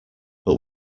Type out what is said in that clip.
but